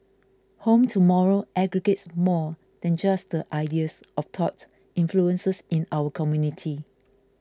Home Tomorrow aggregates more than just the ideas of thought influences in our community